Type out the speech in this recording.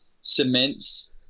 cements